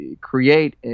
create